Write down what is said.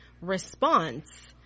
response